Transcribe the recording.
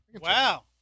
Wow